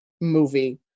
movie